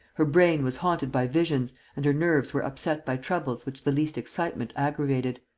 her brain was haunted by visions and her nerves were upset by troubles which the least excitement aggravated.